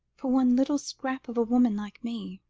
for one little scrap of a woman like me.